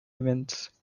events